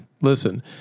Listen